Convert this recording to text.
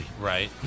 Right